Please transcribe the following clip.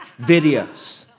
videos